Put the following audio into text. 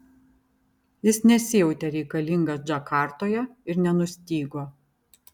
jis nesijautė reikalingas džakartoje ir nenustygo